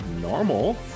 normal